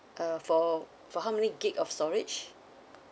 uh for for how many gig of storage